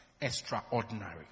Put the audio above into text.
extraordinary